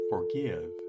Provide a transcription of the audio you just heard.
Forgive